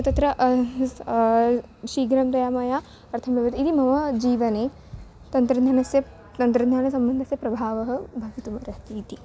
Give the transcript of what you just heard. तत्र शीघ्रं तया मया अर्थः भवति इति मम जीवने तन्त्रज्ञानस्य तन्त्रज्ञानसम्बन्धस्य प्रभावः भवितुम् अर्हति इति